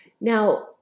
Now